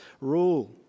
rule